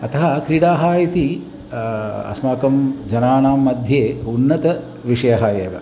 अतः क्रीडाः इति अस्माकं जनानां मध्ये उन्नतः विषयः एव